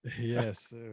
yes